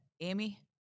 Amy